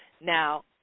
Now